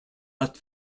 left